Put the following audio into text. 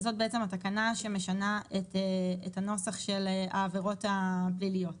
זאת התקנה שמשנה את הנוסח של העבירות הפליליות.